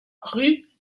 rue